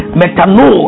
metano